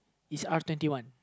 is R twenty one